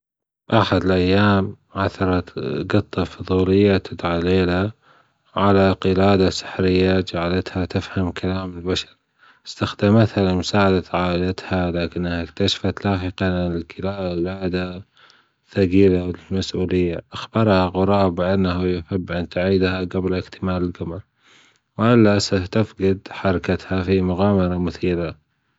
أحد الأيام عثرت جطة فضولية تدعى ليلى على قلادة سحرية جعلتها تفهم كلام البشر أستخدمتها لمساعدة عائلتها لكنها أكتشفت لاحقًا أن القلادة ثجيلة المسؤلية أخبرها غراب أنها يجب أن تعيدها قبل أكتمال القمر وإلا ستفجد حركتها في مغامرة مثيرة.